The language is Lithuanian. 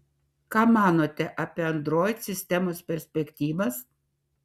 ką manote apie android sistemos perspektyvas